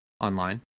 online